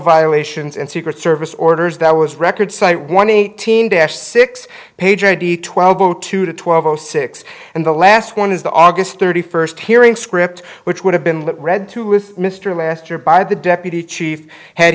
violations and secret service orders that was record site one eighteen dash six page id twelve o two twelve o six and the last one is the august thirty first hearing script which would have been let read to with mr master by the deputy chief had